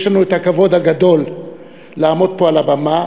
יש לנו הכבוד הגדול לעמוד פה על הבמה,